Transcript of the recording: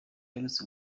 aherutse